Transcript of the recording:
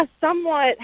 somewhat